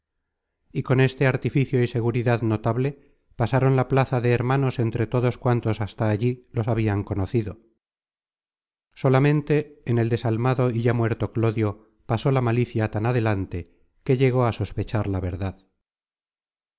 y con este artificio y seguridad notable pasaron la plaza de hermanos entre todos cuantos hasta allí los habian conocido solamente en el desalmado y ya muerto clodio pasó la malicia tan adelante que llegó á sospechar la verdad